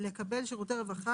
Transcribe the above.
לקבל שירותי רווחה,